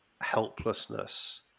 helplessness